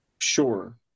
Sure